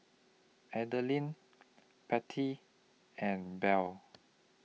Adeline Patty and Bear